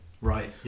Right